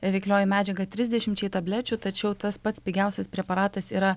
veiklioji medžiaga trisdešimčiai tablečių tačiau tas pats pigiausias preparatas yra